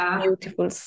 beautiful